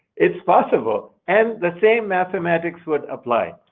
it's possible, and the same mathematics would apply.